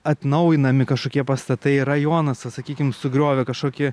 atnaujinami kažkokie pastatai rajonas sakykim sugriovė kažkokį